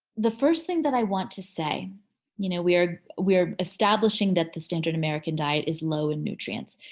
the first thing that i want to say you know we're we're establishing that the standard american diet is low in nutrients.